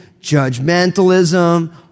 judgmentalism